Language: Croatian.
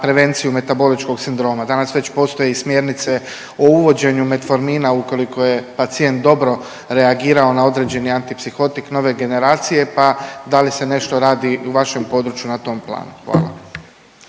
prevenciju metaboličkog sindroma? Danas već postoje i smjernice o uvođenju metformina ukoliko je pacijent dobro reagirao na određeni antipsihotik nove generacije, pa da li se nešto radi u vašem području na tom planu? Hvala.